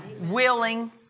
Willing